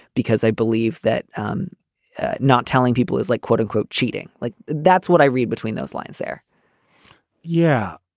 because i believe that i'm not telling people is like, quote unquote, cheating. like that's what i read between those lines there yeah.